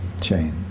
chain